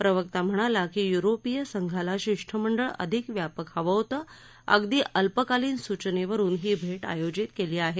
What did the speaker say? प्रवक्ता म्हणाला की युरोपीय संघाला शिष्टमंडळ अधिक व्यापक हवं होतं अगदी अल्पकालीन सूचनेवरून ही भेट आयोजित केली आहे